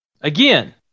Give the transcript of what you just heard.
again